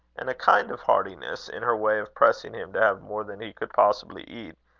and a kind of heartiness in her way of pressing him to have more than he could possibly eat,